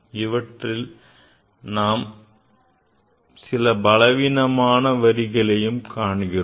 இவற்றிலும் நாம் சில பலவீனமான வரிகளை காண்கிறோம்